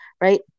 right